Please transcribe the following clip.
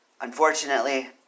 Unfortunately